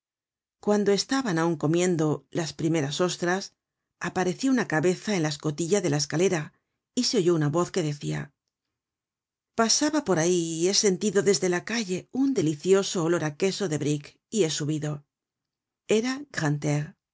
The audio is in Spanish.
cuando estaban aun comiendo las primeras ostras apareció una cabeza en la escotilla de la escalera y se oyó una voz que decia pasaba por ahí he sentido desde la calle un delicioso olor á queso de bric y he subido era